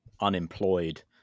unemployed